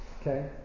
Okay